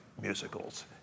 musicals